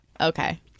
Okay